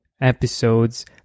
episodes